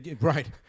Right